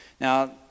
Now